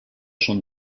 són